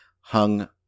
hung